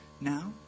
now